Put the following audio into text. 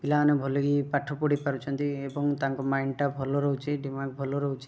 ପିଲାମାନେ ଭଲକି ପାଠ ପଢ଼ିପାରୁଛନ୍ତି ଏବଂ ତାଙ୍କ ମାଇଣ୍ଡ୍ଟା ଭଲ ରହୁଛି ଦିମାଗ୍ ଭଲ ରହୁଛି